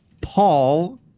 Paul